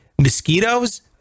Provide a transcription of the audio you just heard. mosquitoes